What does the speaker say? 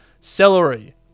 Celery